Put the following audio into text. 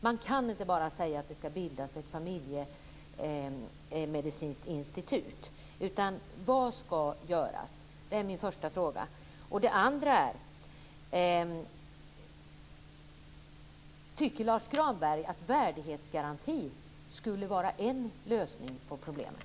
Man kan inte bara säga att det ska bildas ett familjemedicinskt institut. Tycker Lars U Granberg att införandet av en värdighetsgaranti skulle vara en lösning på problemet?